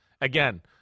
Again